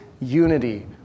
unity